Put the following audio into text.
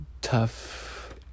tough